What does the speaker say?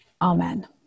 Amen